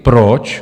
Proč?